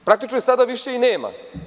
Praktično je sada više i nema.